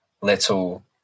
little